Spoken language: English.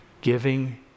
giving